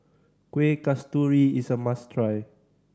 Kueh Kasturi is a must try